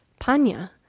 panya